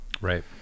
Right